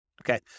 Okay